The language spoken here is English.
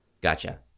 Gotcha